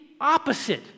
opposite